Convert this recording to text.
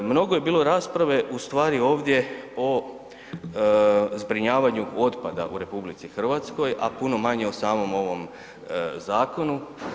Mnogo je bilo rasprave ustvari ovdje o zbrinjavanju otpada u RH, a puno manje o samom ovom zakonu.